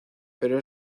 pero